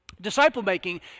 Disciple-making